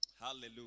Hallelujah